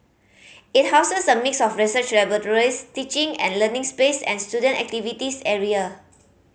it houses a mix of research laboratories teaching and learning space and student activities area